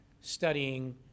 studying